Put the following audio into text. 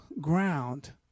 ground